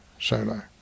solo